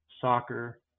soccer